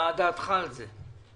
מה דעתך על זה?